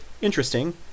Interesting